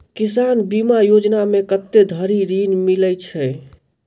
किसान बीमा योजना मे कत्ते धरि ऋण मिलय छै?